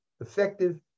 effective